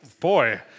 Boy